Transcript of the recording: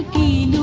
e